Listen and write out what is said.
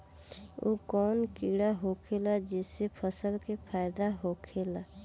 उ कौन कीड़ा होखेला जेसे फसल के फ़ायदा होखे ला?